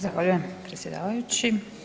Zahvaljujem predsjedavajući.